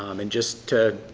um and just to,